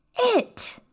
It